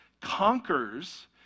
conquers